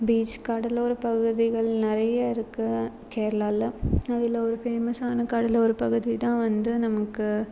beach கடலோர பகுதிகள் நிறைய இருக்குது கேரளாவில் அதில் ஒரு ஃபேமஸான கடலோர பகுதி தான் வந்து நமக்கு